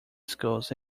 schools